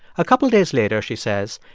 a couple days later, she says,